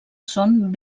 són